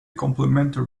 complimentary